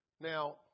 Now